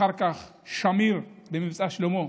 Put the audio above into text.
ואחר כך שמיר, במבצע שלמה,